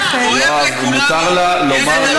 מותר לה לומר את